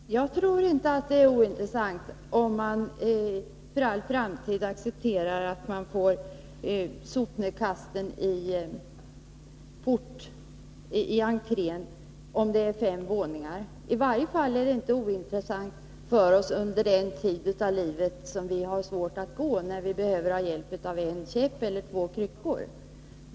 Fru talman! Jag tror inte att det är ointressant om man för all framtid accepterar att sopnedkasten i femvåningshus placeras i entrén. I varje fall är det inte ointressant för oss under den tid av livet då vi har svårt att gå, när vi behöver stöd av en käpp eller två kryckor.